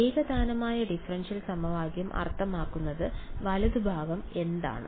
ഏകതാനമായ ഡിഫറൻഷ്യൽ സമവാക്യം അർത്ഥമാക്കുന്നത് വലതുഭാഗം എന്താണ്